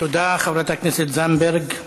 תודה, חברת הכנסת זנדברג.